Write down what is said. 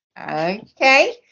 Okay